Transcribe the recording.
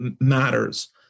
matters